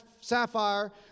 sapphire